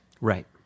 Right